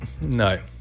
No